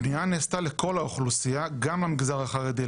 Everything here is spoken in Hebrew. הפנייה נעשתה לכל האוכלוסיות, גם המגזר החרדי.